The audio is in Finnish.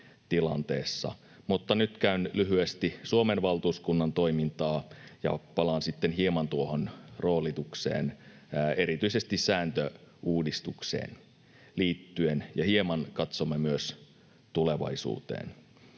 mutta nyt käyn lyhyesti läpi Suomen valtuuskunnan toimintaa ja palaan sitten hieman tuohon roolitukseen, erityisesti sääntöuudistukseen liittyen, ja hieman katsomme myös tulevaisuuteen.